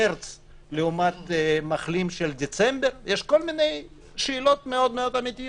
מרץ לעומת מחלים של חודש דצמבר יש כל מיני שאלות אמיתיות,